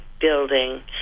building